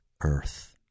earth